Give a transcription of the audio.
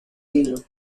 libro